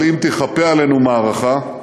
אבל אם תיכפה עלינו מערכה,